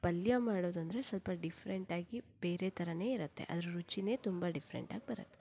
ಪಲ್ಯ ಮಾಡೋದಂದರೆ ಸ್ವಲ್ಪ ಡಿಫ್ರೆಂಟಾಗಿ ಬೇರೆ ಥರಾನೇ ಇರುತ್ತೆ ಅದರ ರುಚಿಯೇ ತುಂಬ ಡಿಫ್ರೆಂಟಾಗಿ ಬರತ್ತೆ